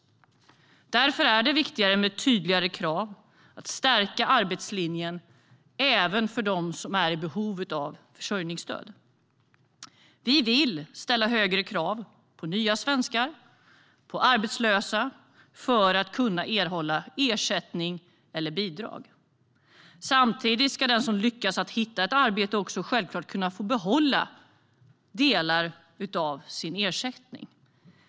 Därför är det viktigt med tydligare krav och att stärka arbetslinjen även för dem som är i behov av försörjningsstöd. Vi vill ställa högre krav på nya svenskar och på arbetslösa för att de ska kunna erhålla ersättning eller bidrag. Samtidigt ska den som lyckas hitta ett arbete självklart kunna få behålla delar av sin ersättning.